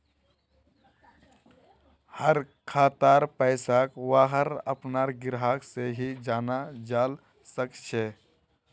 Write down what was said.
हर खातार पैसाक वहार अपनार ग्राहक से ही जाना जाल सकछे